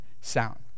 sound